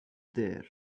there